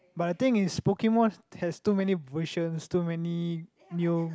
but I think is Pokemon has too many versions too many new